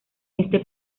este